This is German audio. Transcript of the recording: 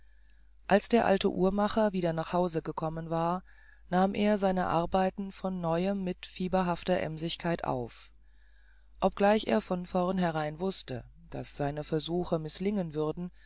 als der alte uhrmacher wieder nach hause gekommen war nahm er seine arbeiten von neuem mit fieberhafter emsigkeit auf obgleich er von vornherein wußte daß seine versuche mißlingen würden